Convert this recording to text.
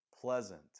pleasant